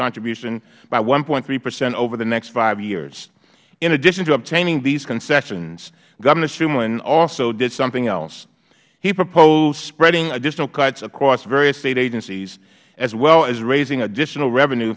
contribution by one point three percent over the next five years in addition to obtaining these concessions governor shumlin also did something else he proposed spreading additional cuts across various state agencies as well as raising additional revenue